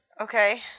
Okay